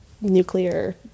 nuclear